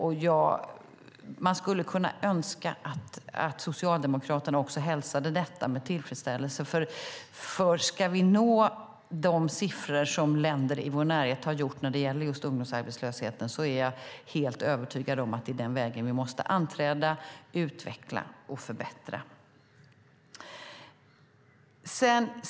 Man skulle kunna önska att Socialdemokraterna också hälsade detta med tillfredsställelse. Ska vi nå de siffror som länder i vår närhet har nått när det gäller ungdomsarbetslösheten är jag helt övertygad om att det är den vägen vi måste anträda, utveckla och förbättra.